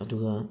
ꯑꯗꯨꯒ